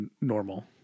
normal